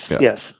yes